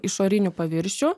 išorinių paviršių